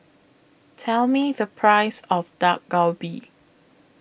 Tell Me The Price of Dak Galbi